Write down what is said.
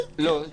כן, כי